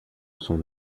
son